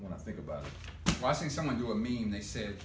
when i think about pricing someone who i mean they said